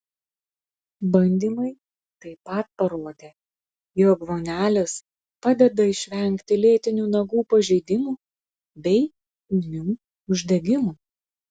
bandymai taip pat parodė jog vonelės padeda išvengti lėtinių nagų pažeidimų bei ūmių uždegimų